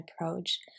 approach